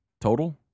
Total